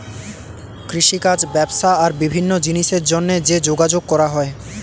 কৃষিকাজ, ব্যবসা আর বিভিন্ন জিনিসের জন্যে যে যোগাযোগ করা হয়